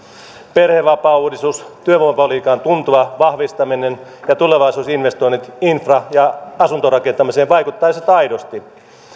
perhevapaauudistus työvoimapolitiikan tuntuva vahvistaminen ja tulevaisuusinvestoinnit infra ja asuntorakentaminen vaikuttaisivat aidosti